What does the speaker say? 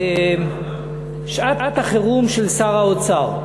שעת החירום של שר האוצר.